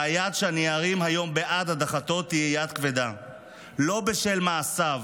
והיד שאני ארים היום בעד הדחתו תהיה יד כבדה לא בשל מעשיו,